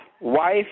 wife